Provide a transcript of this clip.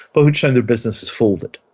but which time the business has folded.